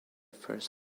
first